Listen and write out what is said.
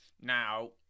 Now